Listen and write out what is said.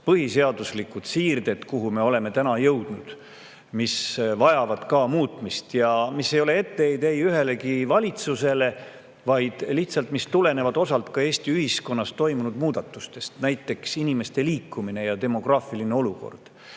põhiseaduslikud siirded, kuhu me oleme täna jõudnud, mis vajavad ka muutmist. See ei ole ka etteheide ei ühelegi valitsusele, vaid lihtsalt see kõik tuleneb osaliselt ka Eesti ühiskonnas toimunud muudatustest, näiteks inimeste liikumine ja demograafiline olukord.